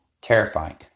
Terrifying